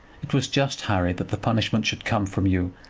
it was just, harry, that the punishment should come from you,